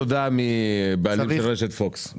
אני לא מבקש תודה מן הבעלים של רשת פוקס.